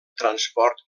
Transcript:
transport